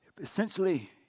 Essentially